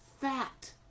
Fat